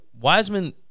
Wiseman